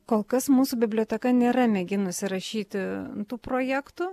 kol kas mūsų biblioteka nėra mėginusi rašyti tų projektų